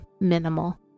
minimal